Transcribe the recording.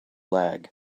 lag